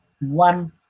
one